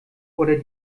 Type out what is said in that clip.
oder